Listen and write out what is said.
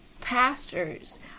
Pastors